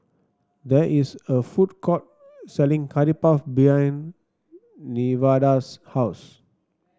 there is a food court selling Curry Puff behind Nevada's house